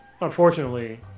unfortunately